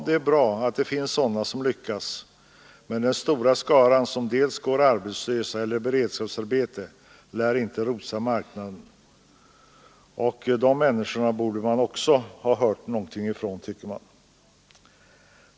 Det är bra att det finns sådana som lyckats, men den stora skaran som går arbetslös eller i beredskapsarbete lär inte rosa marknaden. Och de människorna borde man också ha hört någonting ifrån, tycker jag.